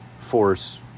force